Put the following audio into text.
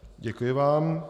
Děkuji vám.